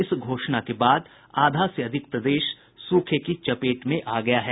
इस घोषणा के बाद आधा से अधिक प्रदेश सूखे की चपेट में आ गया है